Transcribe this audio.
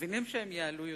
מבינים שהם יעלו יותר.